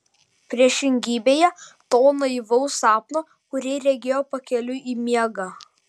priešingybėje to naivaus sapno kurį regėjo pakeliui į miegą